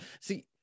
see